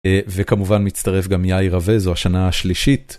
וכמובן מצטרף גם יאיר רווה, זו השנה השלישית.